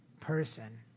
person